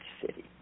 City